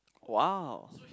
!wow!